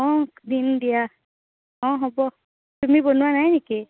অঁ দিম দিয়া অঁ হ'ব তুমি বনোৱা নাই নেকি